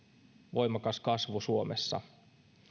voimakas kasvu suomessa